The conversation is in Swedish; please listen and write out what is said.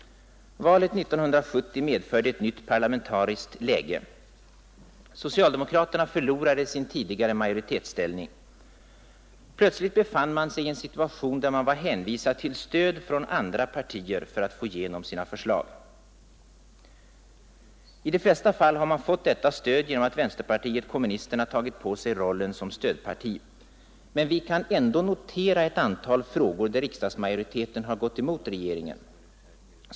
Valet 1970 medförde ett nytt parlamentariskt läge. Socialdemokraterna förlorade sin tidigare majoritetsställning. Plötsligt befann man sig i en situation där man var hänvisad till stöd från andra partier för att få igenom sina förslag. I de flesta fall har man fått detta stöd genom att vänsterpartiet kommunisterna tagit på sig rollen som stödparti. Men vi kan ändå notera ett antal frågor där riksdagsmajoriteten har gått emot regeringen.